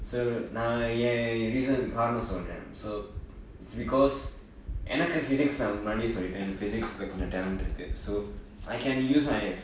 so நா என்:naa yen decision காரணம் சொல்றேன்:kaaranam solren so it's because எனக்கு:enakku physics நா முன்னாடியே சொல்லிட்டேன் எனக்கு:naa munnadiye solliten enakku physics கொன்ஜொ:konjo talent இருக்கு:irukku so I can use my